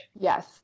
yes